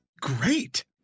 great